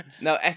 no